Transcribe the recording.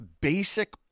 basic